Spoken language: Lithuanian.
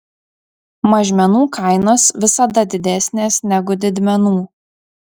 mažmenų kainos visada didesnės negu didmenų